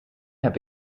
heb